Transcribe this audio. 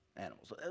animals